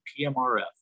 PMRF